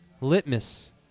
litmus